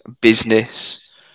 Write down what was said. business